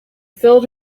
filled